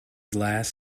last